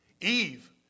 Eve